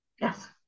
Yes